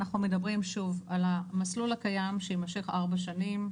אנחנו מדברים שוב על המסלול הקיים שיימשך ארבע שנים.